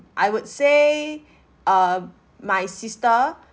I would say err my sister